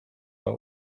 are